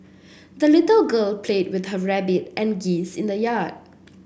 the little girl played with her rabbit and geese in the yard